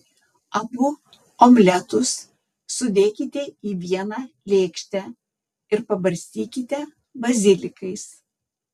abu omletus sudėkite į vieną lėkštę ir pabarstykite bazilikais